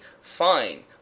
fine